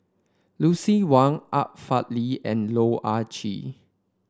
Lucien Wang Art Fazil and Loh Ah Chee